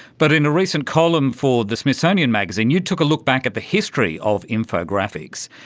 but in a recent column for the smithsonian magazine you took a look back at the history of infographics.